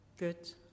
Good